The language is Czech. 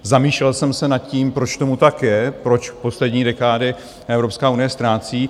Zamýšlel jsem se nad tím, proč tomu tak je, proč v poslední dekádě Evropská unie ztrácí.